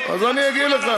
אני אגיד לך.